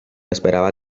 esperaba